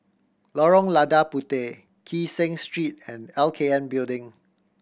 Lorong Lada Puteh Kee Seng Street and L K N Building